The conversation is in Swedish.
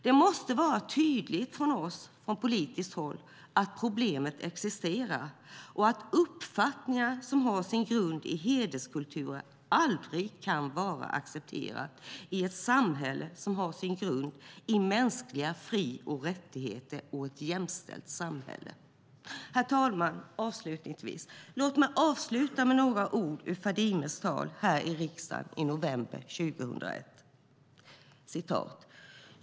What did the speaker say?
Det måste vara tydligt från politiskt håll att problemet existerar och att uppfattningar som har sin grund i hederskulturer aldrig kan vara accepterat i ett jämställt samhälle som har sin grund i mänskliga fri och rättigheter. Herr talman! Låt mig avsluta med några ord ur Fadimes tal här i riksdagen 2001.